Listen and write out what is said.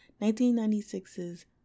1996's